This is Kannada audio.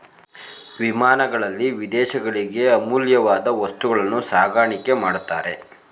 ವಿಮಾನಗಳಲ್ಲಿ ವಿದೇಶಗಳಿಗೆ ಅಮೂಲ್ಯವಾದ ವಸ್ತುಗಳನ್ನು ಸಾಗಾಣಿಕೆ ಮಾಡುತ್ತಾರೆ